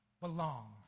belongs